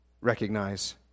recognize